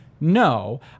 No